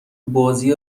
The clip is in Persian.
بازی